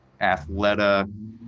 Athleta